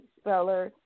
Speller